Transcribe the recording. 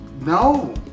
No